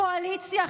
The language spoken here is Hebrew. קואליציה,